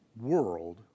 world